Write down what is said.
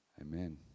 amen